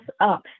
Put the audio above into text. up